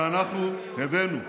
שאנחנו הבאנו.